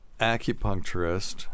acupuncturist